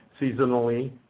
seasonally